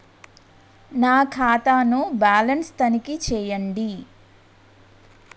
నా ఖాతా ను బ్యాలన్స్ తనిఖీ చేయండి?